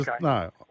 no